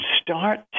start